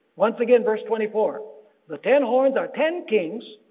once again verse twenty four the ten horns are ten kings.